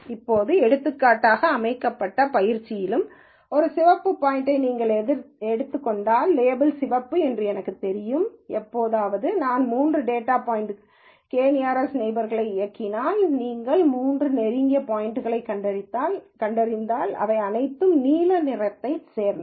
இப்போது எடுத்துக்காட்டாக அமைக்கப்பட்ட பயிற்சியிலும் இந்த சிவப்பு பாயிண்ட்யை நீங்கள் எடுத்துக் கொண்டால் லேபிள் சிவப்பு என்று எனக்குத் தெரியும் எப்போதாவது நான் மூன்று டேட்டா பாய்ன்ட்களுடன் கே நியரஸ்ட் நெய்பர்ஸ் இயக்கினால் நீங்கள் மூன்று நெருங்கிய பாயிண்ட்யைக் கண்டறிந்தால் அவை அனைத்தும் நீல நிறத்தைச் சேர்ந்தவை